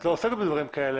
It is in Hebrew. את לא עוסק בדברים כאלה,